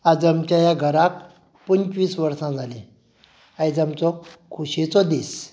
आयज आमच्या ह्या घराक पंचवीस वर्सां जालीं आयज आमचो खोशयेचो दीस